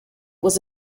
was